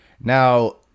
Now